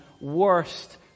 worst